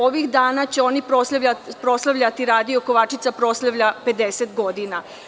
Ovih dana će oni proslavljati, radio „Kovačica“, 50 godina.